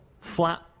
flat